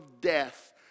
death